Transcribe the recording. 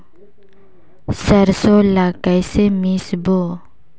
सरसो ला कइसे मिसबो?